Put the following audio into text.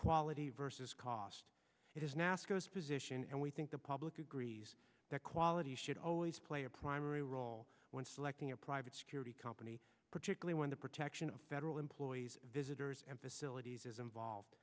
quality versus cost it is nascar's position and we think the public agrees that quality should always play a primary role when selecting a private security company particularly when the protection of federal employees visitors and facilities is involved